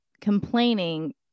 complaining